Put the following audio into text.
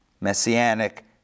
Messianic